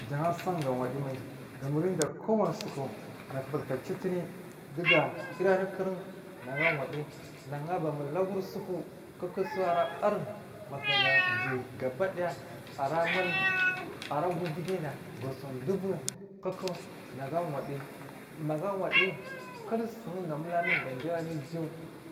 Jan asun do go wadimai ga murida ko wani nagu batuna citiri duga yiri anu kuriun nagu ciwa diyyi nagun abamul laguri suku nagu a waddiyi kukusu ara barin batumaga jiyyi gabakidaya a ra mul ara gu uiyi guyi nag a sau dubu kuku nagu a waddiyi magu a wadiyyi kul son dowo amurl anu, un gamul anu uju